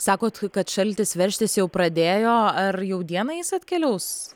sakot kad šaltis veržtis jau pradėjo ar jau dieną jis atkeliaus